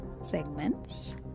segments